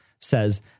says